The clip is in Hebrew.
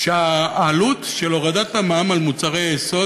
שהעלות של הורדת המע"מ על מוצרי היסוד,